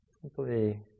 Simply